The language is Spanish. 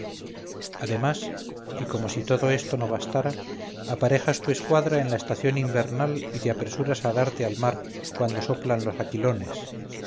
además y como si todo eso no bastara aparejas tu escuadra en la estación invernal y te apresuras a darte al mar cuando soplan los aquilones